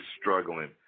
struggling